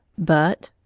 but,